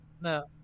no